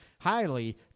highly